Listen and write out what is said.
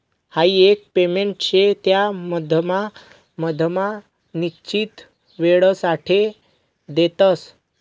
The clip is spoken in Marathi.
हाई एक पेमेंट शे त्या मधमा मधमा निश्चित वेळसाठे देतस